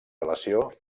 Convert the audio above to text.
relació